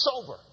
sober